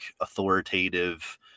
authoritative